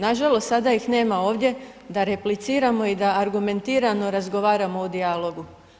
Nažalost sada ih nema ovdje da repliciramo i da argumentirano razgovaramo u dijalogu.